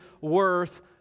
worth